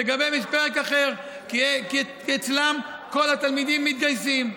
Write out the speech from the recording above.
לגביהן יש פרק אחר, כי אצלן כל התלמידים מתגייסים.